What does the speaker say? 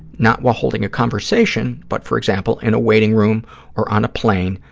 not while holding a conversation, but, for example, in a waiting room or on a plane,